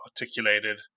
articulated